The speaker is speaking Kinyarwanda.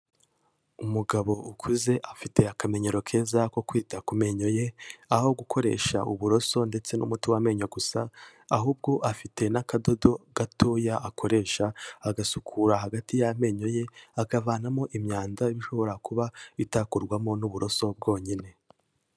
Umugabo ukuze afite akamenyero keza ko kwita ku menyo ye, aho gukoresha uburoso ndetse n'umuti w'amenyo gusa, ahubwo afite n'akadodo gatoya akoresha, agasukura hagati y'amenyo ye, akavanamo imyanda iba ishobora kuba bitakurwamo n'uburoso bwonyine.